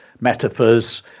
metaphors